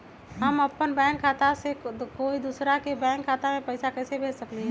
हम अपन बैंक खाता से कोई दोसर के बैंक खाता में पैसा कैसे भेज सकली ह?